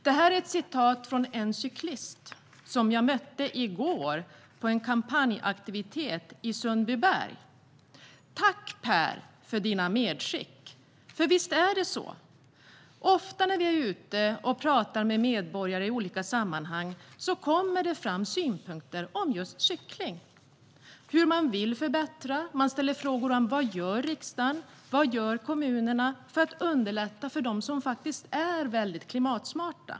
Det är ett citat från en cyklist som jag mötte i går på en kampanjaktivitet i Sundbyberg. Tack, Per, för dina medskick! För visst är det så. Ofta när vi är ute och talar med medborgare i olika sammanhang kommer det fram synpunkter om just cykling och hur de vill förbättra. De ställer frågor om vad riksdagen och kommunerna gör för att underlätta för dem som är väldigt klimatsmarta.